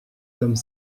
comme